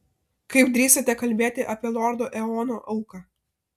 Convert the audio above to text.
kaip drįstate kalbėti apie lordo eono auką